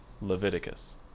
Leviticus